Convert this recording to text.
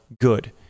good